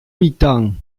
mitan